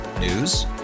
News